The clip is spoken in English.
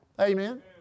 Amen